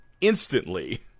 instantly